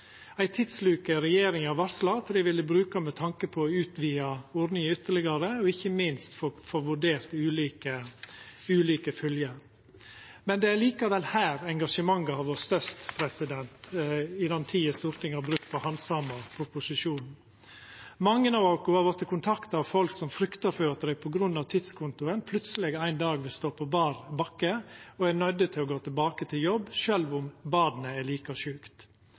ei tidsluke som regjeringa varsla at dei vil bruka med tanke på å utvida ordninga ytterlegare, og ikkje minst til å få vurdert ulike fylgjer. Det er likevel her engasjementet har vore størst i den tida Stortinget har brukt på å handsama proposisjonen. Mange av oss har vorte kontakta av folk som fryktar at dei på grunn av tidskontoen plutseleg ein dag vil stå på bar bakke og er nøydde til å gå tilbake til jobb sjølv om barnet er like sjukt.